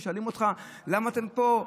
שואלים אותך: למה אתם פה?